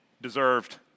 deserved